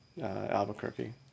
Albuquerque